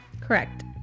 correct